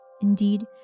Indeed